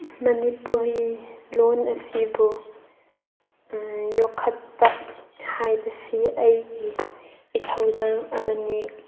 ꯃꯅꯤꯄꯨꯔꯤ ꯂꯣꯜ ꯑꯁꯤꯕꯨ ꯌꯣꯛꯈꯠꯄ ꯍꯥꯏꯕꯁꯤ ꯑꯩꯒꯤ ꯏꯊꯧꯗꯥꯡ ꯑꯃꯅꯤ